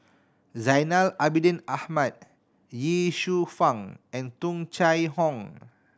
Zainal Abidin Ahmad Ye Shufang and Tung Chye Hong